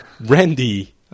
Randy